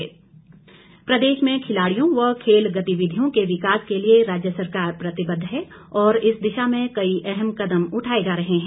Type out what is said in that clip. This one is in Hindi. वीरेन्द्र कंवर प्रदेश में खिलाड़ियों व खेल गतिविधियों के विकास के लिए राज्य सरकार प्रतिबद्ध है और इस दिशा में कई अहम कदम उठाए जा रहे हैं